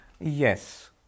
Yes